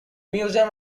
museum